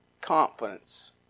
confidence